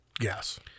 Yes